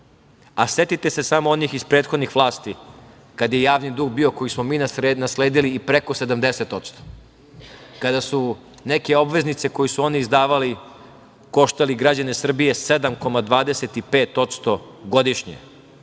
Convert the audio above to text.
a setite se samo onih iz prethodnih vlasti kada je javni dug bio, koji smo mi nasledili, i preko 70%, kada su neke obveznice koje su oni izdavali koštale građane Srbije 7,25% godišnje.